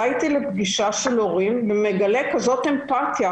בא איתי לפגישה של הורים ומגלה כזאת אמפתיה.